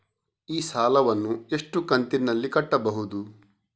ಈ ಸಾಲವನ್ನು ಎಷ್ಟು ಕಂತಿನಲ್ಲಿ ಕಟ್ಟಬಹುದು?